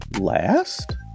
last